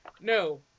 No